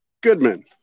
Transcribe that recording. Goodman